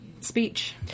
speech